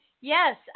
yes